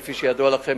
כפי שידוע לכם,